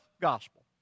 gospel